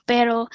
Pero